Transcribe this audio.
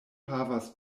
havas